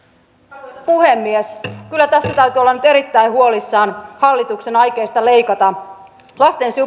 arvoisa puhemies kyllä tässä täytyy olla nyt erittäin huolissaan hallituksen aikeista leikata lasten